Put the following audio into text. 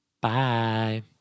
Bye